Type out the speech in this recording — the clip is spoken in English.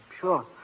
sure